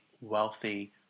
wealthy